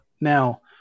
Now